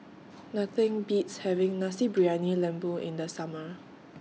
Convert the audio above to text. Nothing Beats having Nasi Briyani Lembu in The Summer